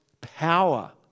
power